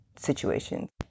situations